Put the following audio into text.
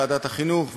ועדת החינוך,